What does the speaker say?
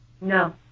no